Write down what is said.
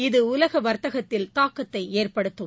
இது உலக வர்த்தகத்தில் தாக்கத்தை ஏற்படுத்தும்